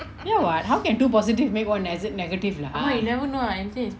ya [what] how can two positives make one negative lah